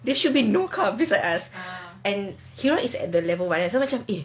there should be no car beside us and is at the level one so macam eh